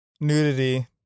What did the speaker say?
Nudity